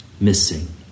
missing